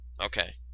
Okay